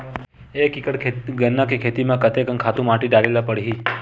एक एकड़ गन्ना के खेती म कते कन खातु माटी डाले ल पड़ही?